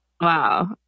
Wow